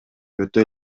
өтө